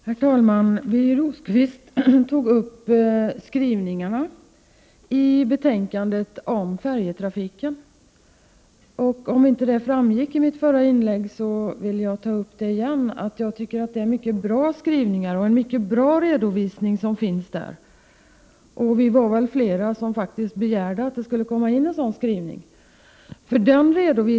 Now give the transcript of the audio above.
Herr talman! Birger Rosqvist tog upp skrivningarna om färjetrafiken i betänkandet. Om det inte framgick av mitt förra inlägg så vill jag ta upp detta igen. Jag tycker att det är en mycket bra redovisning som finns där. Vi var nog flera som faktiskt begärde att det skulle komma in en sådan skrivning i betänkandet.